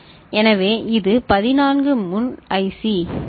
எனவே இது 14 முள் ஐசி சரி